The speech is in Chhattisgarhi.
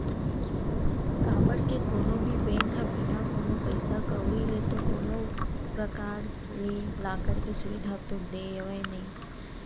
काबर के कोनो भी बेंक ह बिना कोनो पइसा कउड़ी ले तो कोनो परकार ले लॉकर के सुबिधा तो देवय नइ